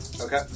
Okay